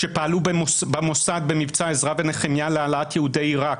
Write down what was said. שפעלו במוסד במבצע עזרא ונחמיה להעלאת יהודי עיראק,